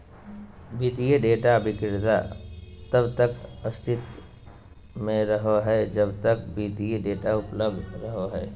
वित्तीय डेटा विक्रेता तब तक अस्तित्व में रहो हइ जब तक वित्तीय डेटा उपलब्ध रहो हइ